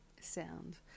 sound